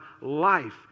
life